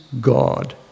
God